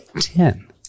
Ten